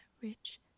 rich